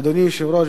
אדוני היושב-ראש,